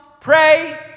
pray